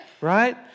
right